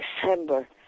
December